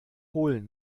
holen